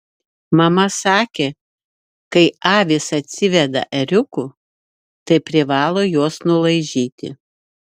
mama sakė kai avys atsiveda ėriukų tai privalo juos nulaižyti